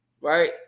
right